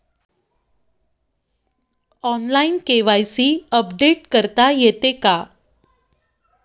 Online KYC update करता येते का?